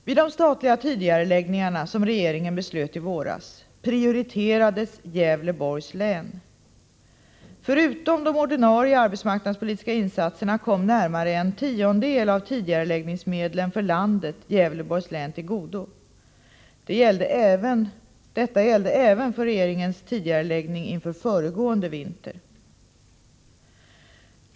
Vid de statliga tidigareläggningar som regeringen beslöt i våras prioriterades Gävleborgs län. Förutom de ordinarie arbetsmarknadspolitiska insatserna kom närmare en tiondel av tidigareläggningsmedlen för landet Gävleborgs län till godo. Detta gällde även för regeringens tidigareläggning inför föregående vinter.